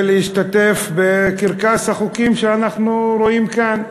להשתתף בקרקס החוקים שאנחנו רואים כאן,